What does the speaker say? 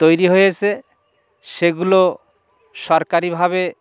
তৈরি হয়েছে সেগুলো সরকারিভাবে